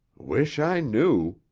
wish i knew,